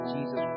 Jesus